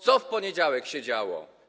Co w poniedziałek się działo?